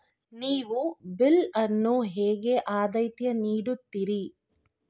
ನೀವು ಬಿಲ್ ಅನ್ನು ಹೇಗೆ ಆದ್ಯತೆ ನೀಡುತ್ತೀರಿ?